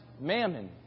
mammon